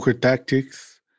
tactics